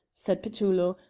said petullo,